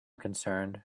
concerned